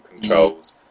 controls